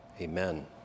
Amen